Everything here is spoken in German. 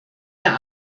der